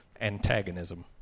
antagonism